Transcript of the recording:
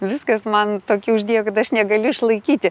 viskas man tokį uždėjo kad aš negaliu išlaikyti